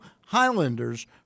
Highlanders